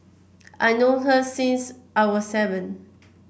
I known her since I was seven